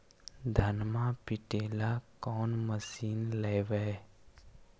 धनमा पिटेला कौन मशीन लैबै?